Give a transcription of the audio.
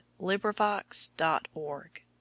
LibriVox.org